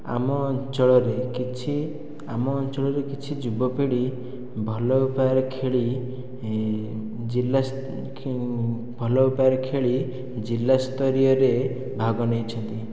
ଆମ ଅଞ୍ଚଳରେ କିଛି ଆମ ଅଞ୍ଚଳରେ କିଛି ଯୁବପିଢ଼ି ଭଲ ଉପାୟରେ ଖେଳି ଜିଲ୍ଲା ଭଲ ଉପାୟରେ ଖେଳି ଜିଲ୍ଲାସ୍ତରରେ ଭାଗ ନେଇଛନ୍ତି